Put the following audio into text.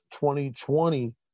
2020